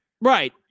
Right